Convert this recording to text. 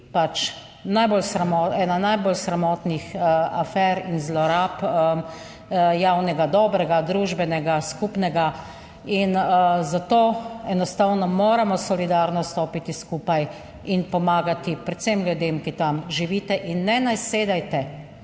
ena najbolj sramotnih afer in zlorab javnega dobrega, družbenega skupnega in zato enostavno moramo solidarno stopiti skupaj in pomagati predvsem ljudem, ki tam živite in ne nasedajte